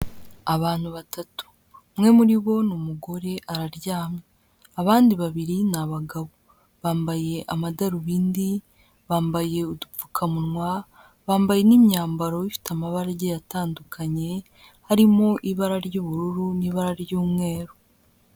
Abantu batatu, umwe muri bo ni umugore araryamye, abandi babiri ni abagabo, bambaye amadarubindi, bambaye udupfukamunwa, bambaye n'imyambaro ifite amabara agiye atandukanye, harimo ibara ry'ubururu n'ibara ry'umweru.